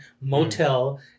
Motel